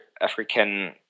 African